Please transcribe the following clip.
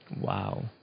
Wow